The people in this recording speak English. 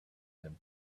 him